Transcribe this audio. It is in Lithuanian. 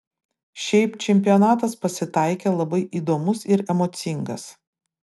šiaip čempionatas pasitaikė labai įdomus ir emocingas